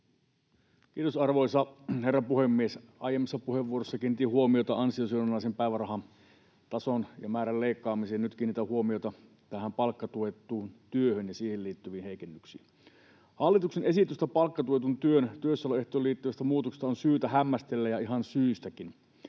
Kiitos, arvoisa herra puhemies! Aiemmassa puheenvuorossa kiinnitin huomiota ansiosidonnaisen päivärahan tason ja määrän leikkaamiseen. Nyt kiinnitän huomiota tähän palkkatuettuun työhön ja siihen liittyviin heikennyksiin. Hallituksen esitystä palkkatuetun työn työssäoloehtoon liittyvästä muutoksesta on syytä hämmästellä ja ihan syystäkin.